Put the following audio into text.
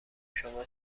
شما